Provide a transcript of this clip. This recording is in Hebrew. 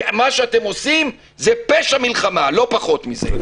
מה שאתם עושים זה פשע מלחמה, לא פחות מזה.